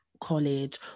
college